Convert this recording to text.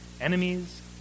enemies